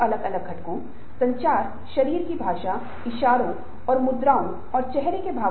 अगली बार एक बार जब उसे पदोन्नति मिल जाएगी तो वह और अधिक पदोन्नति पाने के लिए कड़ी मेहनत करेगा